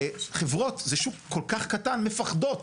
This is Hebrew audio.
חברות, שזה שוק כל כך קטן, מפחדות.